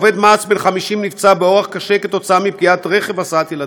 עובד מע"צ בן 50 נפצע באורח קשה כתוצאה מפגיעת רכב הסעת ילדים,